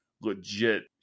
legit